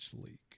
leak